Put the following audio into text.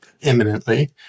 imminently